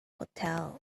hotel